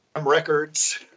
records